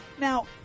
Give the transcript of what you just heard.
Now